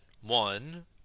one